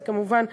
זה כמובן,